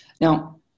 Now